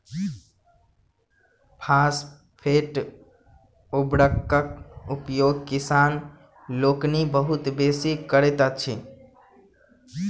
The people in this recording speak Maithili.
फास्फेट उर्वरकक उपयोग किसान लोकनि बहुत बेसी करैत छथि